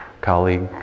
colleague